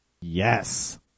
Yes